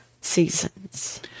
seasons